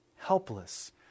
helpless